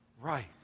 right